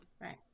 right